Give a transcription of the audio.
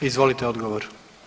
Izvolite odgovor.